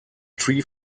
tree